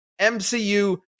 MCU